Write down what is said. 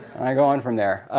i go on from there.